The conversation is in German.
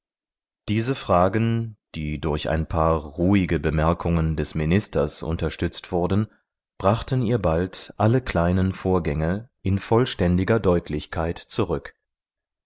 diese fragen die durch ein paar ruhige bemerkungen des ministers unterstützt wurden brachten ihr bald alle kleinen vorgänge in vollständiger deutlichkeit zurück